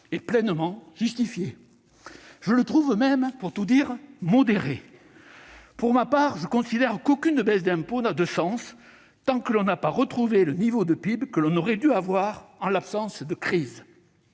est pleinement justifié. Pour tout dire, je le trouve même modéré ; pour ma part, je considère qu'aucune baisse d'impôt n'a de sens tant que l'on n'aura pas retrouvé le niveau de PIB que l'on aurait dû avoir sans la crise,